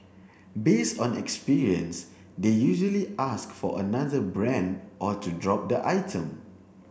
based on experience they usually ask for another brand or to drop the item